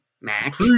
Max